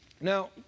Now